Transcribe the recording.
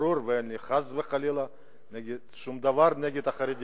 אני חס וחלילה לא נגד החרדים,